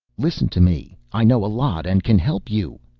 listen to me i know a lot and can help you.